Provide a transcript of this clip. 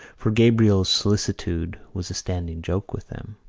for gabriel's solicitude was a standing joke with them.